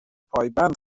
پایبند